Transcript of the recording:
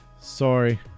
Sorry